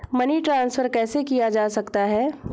Money transfer कैसे किया जा सकता है?